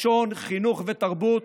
לשון, חינוך ותרבות.